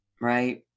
Right